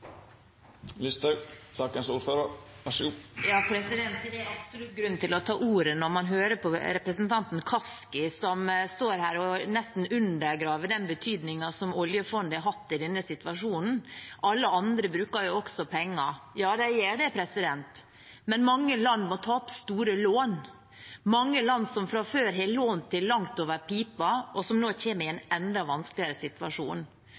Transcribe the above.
Det er absolutt grunn til å ta ordet når man hører på representanten Kaski, som står her og nesten undergraver den betydningen oljefondet har hatt i denne situasjonen. Alle andre bruker også penger – ja, de gjør det, men mange land må ta opp store lån. Mange land som fra før har lån til langt over pipen, kommer nå i en enda vanskeligere situasjon. Da er vi i Norge i en helt fantastisk posisjon, som nå